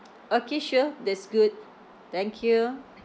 okay sure that's good thank you